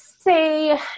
say